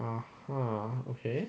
(uh huh) okay